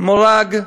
מורג,